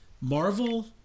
Marvel